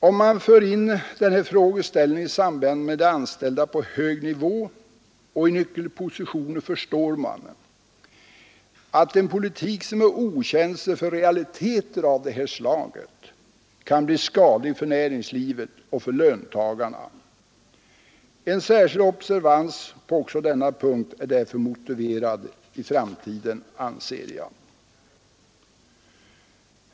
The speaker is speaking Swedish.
Om man för in den här frågeställningen i samband med anställda på ”hög” nivå och i nyckelpositioner förstår man att en politik som är okänslig för realiteter av det här slaget kan bli skadlig för näringslivet — och för löntagarna. En särskild observans på också denna punkt är därför motiverad i framtiden, anser jag.